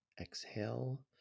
Exhale